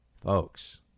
Folks